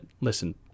listen